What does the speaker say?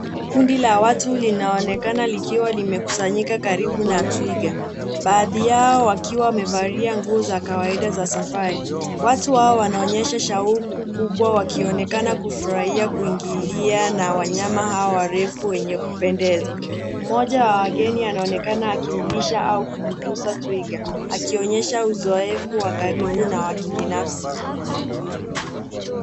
Kundi la watu linaonekana likiwa limekusanyika karibu na twiga baadhi yao wakiwa wamevalia nguo za kawaida za safari. Watu hao wanaonyesha shauku kubwa wakionekana kufurahia kuingiliana na wanyama hao warefu wenye kupendeza. Mmoja wa wageni anaonekana akimlisha au kumgusa twiga akionyesha uzoefu wa karibu na wa kibinafsi.